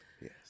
yes